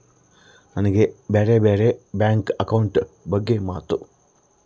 ನನಗೆ ಬ್ಯಾರೆ ಬ್ಯಾರೆ ಬ್ಯಾಂಕ್ ಅಕೌಂಟ್ ಬಗ್ಗೆ ಮತ್ತು?